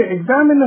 examine